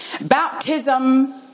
Baptism